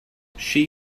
she